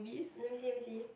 let me see let me see